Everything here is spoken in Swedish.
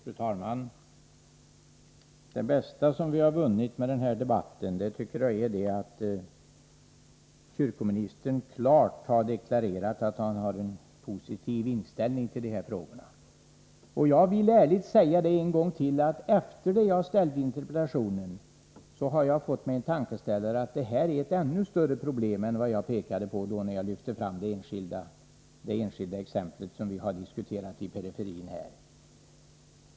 Fru talman! Det bästa som vi har vunnit med den här debatten tycker jag är att kyrkoministern klart har deklarerat att han har en positiv inställning till de här frågorna. Jag vill ärligt säga en gång till, att jag efter det att jag ställde interpellationen har fått en tankeställare: detta är ett ännu större problem än det jag pekade på när jag lyfte fram det enskilda exempel som vi har diskuterat.